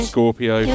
Scorpio